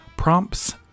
prompts